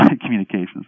communications